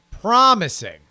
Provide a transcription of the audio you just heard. promising